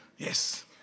Yes